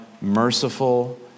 merciful